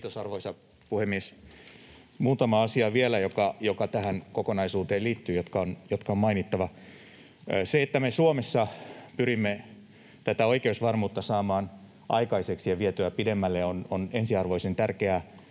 Kiitos, arvoisa puhemies! Vielä muutama asia, jotka tähän kokonaisuuteen liittyvät, jotka on mainittava. Se, että me Suomessa pyrimme tätä oikeusvarmuutta saamaan aikaiseksi ja vietyä pidemmälle, on ensiarvoisen tärkeää